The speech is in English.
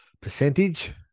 percentage